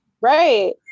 right